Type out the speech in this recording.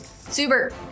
Super